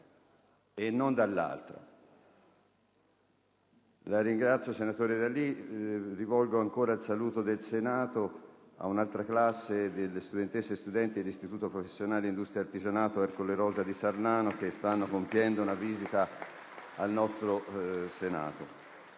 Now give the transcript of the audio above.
e non dall'altra.